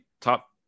top